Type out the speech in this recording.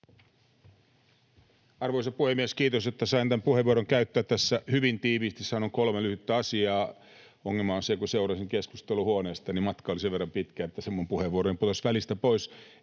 Arvoisa puhemies! Kiitos, että sain tämän puheenvuoron käyttää. Tässä hyvin tiiviisti sanon kolme lyhyttä asiaa. Ongelma on se, että kun seurasin keskustelua huoneestani, niin matka oli sen verran pitkä, että se minun puheenvuoroni putosi välistä pois.